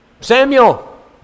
Samuel